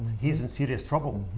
he's in serious trouble.